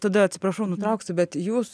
tada atsiprašau nutrauksiu bet jūs